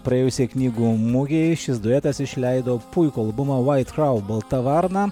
praėjusioj knygų mugėj šis duetas išleido puikų albumą vait krau balta varna